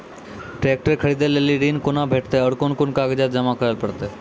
Tractor खरीदै लेल ऋण कुना भेंटते और कुन कुन कागजात जमा करै परतै?